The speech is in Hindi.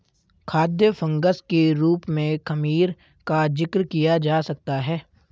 खाद्य फंगस के रूप में खमीर का जिक्र किया जा सकता है